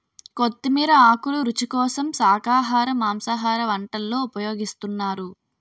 కొత్తిమీర ఆకులు రుచి కోసం శాఖాహార మాంసాహార వంటల్లో ఉపయోగిస్తున్నారు